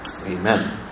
Amen